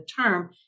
term